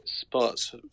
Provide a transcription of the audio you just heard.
spots